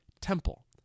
temple